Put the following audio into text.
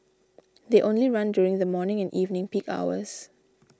they only run during the morning and evening peak hours